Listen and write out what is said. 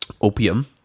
opium